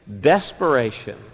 Desperation